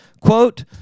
quote